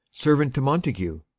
servant to montague.